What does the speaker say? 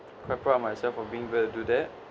quite proud of myself for being able to do that